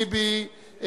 טיבי,